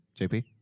JP